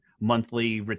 monthly